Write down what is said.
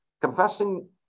Confessing